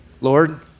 Lord